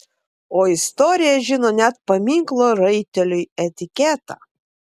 o istorija žino net paminklo raiteliui etiketą